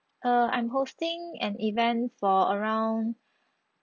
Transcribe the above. err I'm hosting an event for around